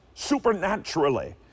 Supernaturally